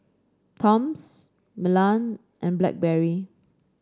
Toms Milan and Blackberry